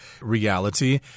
reality